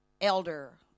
elder